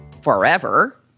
forever